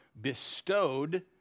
bestowed